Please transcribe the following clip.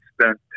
spent